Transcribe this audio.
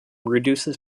reduces